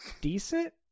decent